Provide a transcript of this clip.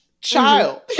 child